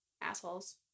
assholes